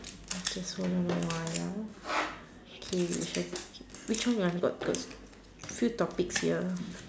just sort out a while okay which one which one you want to a few topics here